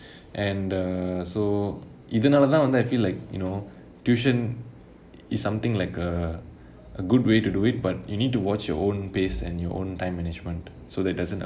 and uh so :இதுனாலேதான்ithunaalaethaan I feel like you know tuition is something like a a good way to do it but you need to watch your own pace and your own time management so that it doesn't